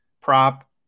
Prop